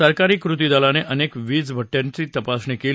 सरकारी कृतीदलाने अनेक वीटभट्याची तपासणी केली